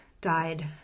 died